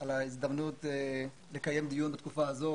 על ההזדמנות לקיים דיון בתקופה הזו